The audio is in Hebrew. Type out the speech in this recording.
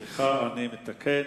סליחה, אני מתקן,